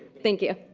thank you.